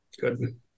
Good